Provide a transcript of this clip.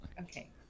Okay